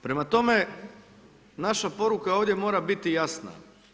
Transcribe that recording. Prema tome, naša poruka ovdje mora biti jasna.